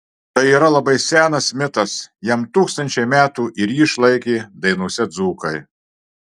tai yra labai senas mitas jam tūkstančiai metų ir jį išlaikė dainose dzūkai